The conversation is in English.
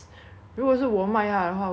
如果是我卖她的话我可能